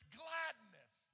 gladness